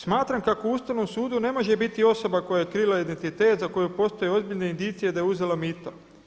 Smatram kako u Ustavnom sudu ne može biti osoba koja je krila identitet za koju postoji ozbiljne indicije da je uzela mito.